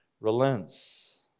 relents